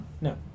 No